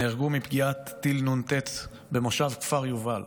נהרגו מפגיעת טיל נ"ט במושב כפר יובל.